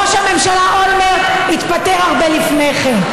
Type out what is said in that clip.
ראש הממשלה אולמרט התפטר הרבה לפני כן,